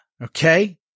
okay